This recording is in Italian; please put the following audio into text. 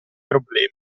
problema